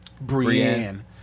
Brienne